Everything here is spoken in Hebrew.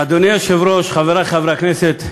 אדוני היושב-ראש, חברי חברי הכנסת,